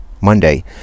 Monday